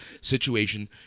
situation